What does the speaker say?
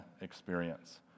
experience